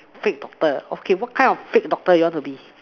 fate doctor okay what kind of fate doctor you want to be